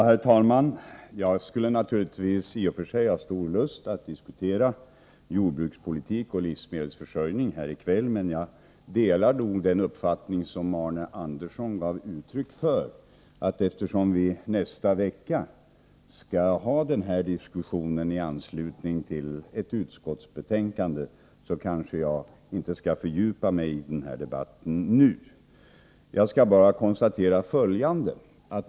Herr talman! Jag skulle naturligtvis i och för sig ha stor lust att diskutera jordbrukspolitik och livsmedelsförsörjning här i kväll, men jag delar nog den uppfattning som Arne Andersson i Ljung gav uttryck för, att eftersom vi nästa vecka skall ha denna diskussion i anslutning till ett utskottsbetänkande, kanske vi inte skall fördjupa oss i den debatten nu. Jag skall bara konstatera följande.